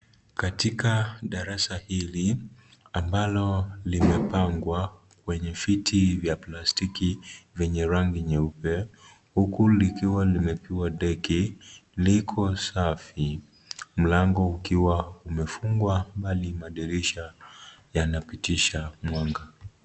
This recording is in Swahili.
Katika darasa hili ambalo limepangwa kwenye viti vya plastiki vyenye rangi nyeupe huku likiwa limepigwa deki liko kitavi, mlango ukiwa umefungwa mbali na dirisha yanapitisha mwanga.